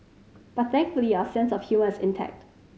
but thankfully our sense of humour is intact